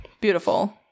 Beautiful